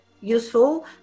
useful